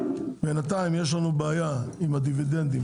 בינתיים יש לנו בעיה עם אי חלוקת הדיבידנדים.